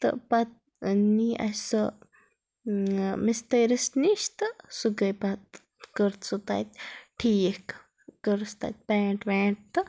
تہٕ پَتہٕ نی اسہِ سۄ مِستٔرِس نِش تہٕ سۄ گٔے پَتہٕ کٔر سۄ تَتہِ ٹھیٖک کٔرٕس تَتہِ پینٹ وینٹ تہٕ